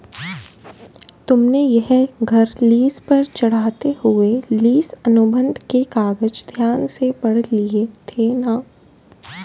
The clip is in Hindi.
तुमने यह घर लीस पर चढ़ाते हुए लीस अनुबंध के कागज ध्यान से पढ़ लिए थे ना?